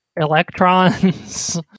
electrons